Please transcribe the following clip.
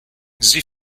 sie